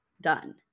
done